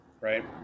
right